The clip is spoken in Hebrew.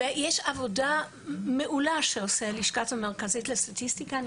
ויש עבודה מעולה שעושה הלשכה המרכזית לסטטיסטיקה.